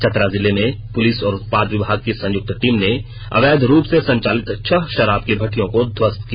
चतरा जिले में पुलिस और उत्पाद विभाग की संयुक्त टीम ने अवैध रूप से संचालित छह शराब की मइियों को ध्वस्त किया